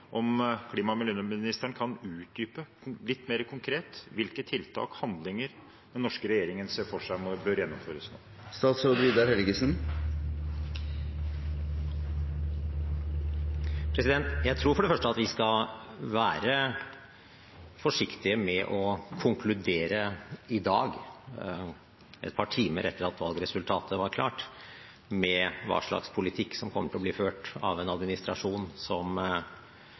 klima- og miljøministeren utdype litt og være mer konkret om hvilke tiltak eller handlinger den norske regjeringen ser for seg bør gjennomføres nå? Jeg tror for det første at vi skal være forsiktige med å konkludere i dag, et par timer etter at valgresultatet var klart, med hva slags politikk som kommer til å bli ført av en administrasjon som